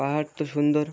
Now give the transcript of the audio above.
পাহাড় তো সুন্দর